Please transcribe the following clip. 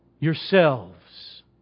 yourselves